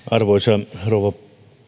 arvoisa rouva